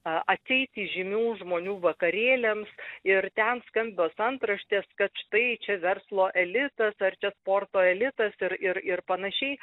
atseit įžymių žmonių vakarėliams ir ten skambios antraštės kad štai čia verslo elitas ar čia sporto elitas ir ir ir panašiai